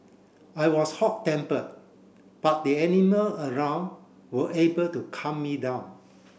I was hot tempered but the animal around were able to calm me down